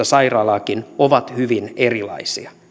sairaalaakin ovat hyvin erilaisia